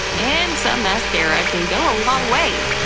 and some mascara can go a long way.